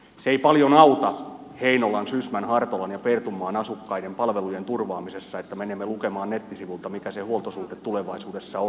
se ei paljon auta heinolan sysmän hartolan ja pertunmaan asukkaiden palvelujen turvaamisessa että menemme lukemaan nettisivuilta mikä se huoltosuhde tulevaisuudessa on